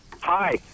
Hi